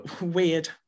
Weird